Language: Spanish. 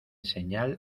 señal